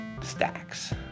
stacks